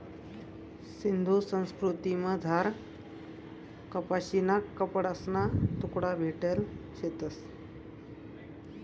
सिंधू संस्कृतीमझार कपाशीना कपडासना तुकडा भेटेल शेतंस